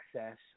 access